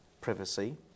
privacy